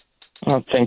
Thank